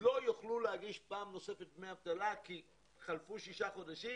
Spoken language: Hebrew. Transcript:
לא יוכלו להגיש פעם נוספת דמי אבטלה כי חלפו שישה חודשים,